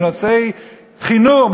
בנושא חינוך,